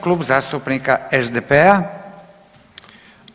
Kluba zastupnika SDP-a.